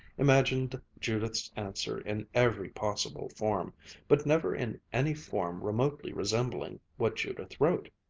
imagined judith's answer in every possible form but never in any form remotely resembling what judith wrote.